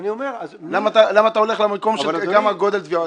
למה אתה לא הולך למקום מה גודל התביעה?